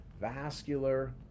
vascular